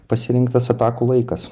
pasirinktas atakų laikas